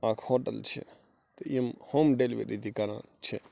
اکھ ہوٹل چھُ یِم ہوٗم ڈیٚلِؤری تہِ کران چھِ